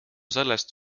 sellest